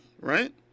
right